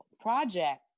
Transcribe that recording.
project